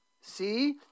See